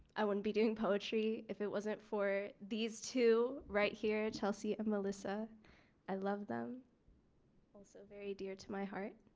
i wouldn't be doing poetry if it wasn't for these two right here chelsea. melissa i loved them also very dear to my heart